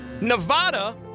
Nevada